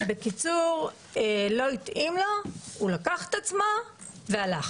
בקיצור, לא התאים לו, הוא לקח את עצמו והלך.